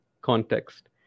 context